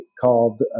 called